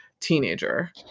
teenager